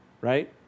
right